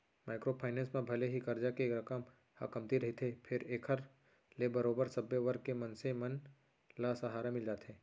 micro finance म भले ही करजा के रकम ह कमती रहिथे फेर एखर ले बरोबर सब्बे वर्ग के मनसे मन ल सहारा मिल जाथे